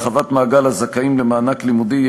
הרחבת מעגל הזכאים למענק לימודים),